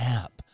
app